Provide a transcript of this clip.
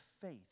faith